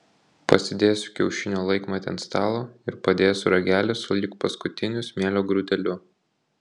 pasidėsiu kiaušinio laikmatį ant stalo ir padėsiu ragelį sulig paskutiniu smėlio grūdeliu